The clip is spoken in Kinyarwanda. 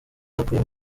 bakuye